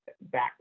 back